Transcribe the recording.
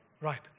Right